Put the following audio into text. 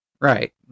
right